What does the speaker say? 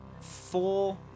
four